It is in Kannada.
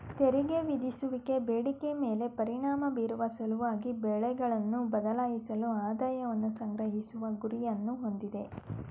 ತೆರಿಗೆ ವಿಧಿಸುವಿಕೆ ಬೇಡಿಕೆ ಮೇಲೆ ಪರಿಣಾಮ ಬೀರುವ ಸಲುವಾಗಿ ಬೆಲೆಗಳನ್ನ ಬದಲಾಯಿಸಲು ಆದಾಯವನ್ನ ಸಂಗ್ರಹಿಸುವ ಗುರಿಯನ್ನ ಹೊಂದಿದೆ